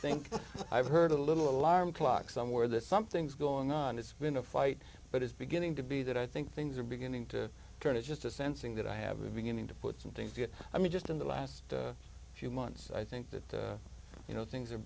think i've heard a little alarm clock somewhere that something's going on it's been a fight but it's beginning to be that i think things are beginning to turn it's just a sensing that i have a beginning to put something to it i mean just in the last few months i think that you know things are